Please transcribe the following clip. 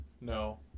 no